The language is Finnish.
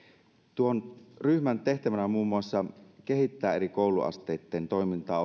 tuon ryhmän tehtävänä on muun muassa kehittää eri kouluasteitten toimintaa